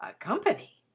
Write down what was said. ah company!